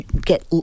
get